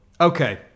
Okay